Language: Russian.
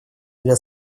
для